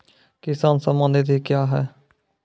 किसान सम्मान निधि क्या हैं?